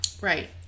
right